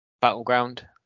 Battleground